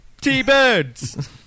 t-birds